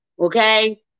Okay